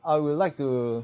I would like to